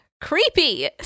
Creepy